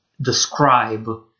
describe